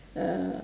uh